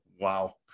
Wow